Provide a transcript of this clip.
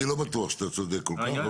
אני לא בטוח שאתה צודק כל כך.